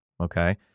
Okay